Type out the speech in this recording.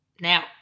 Now